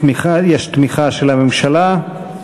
יש תמיכה של הממשלה.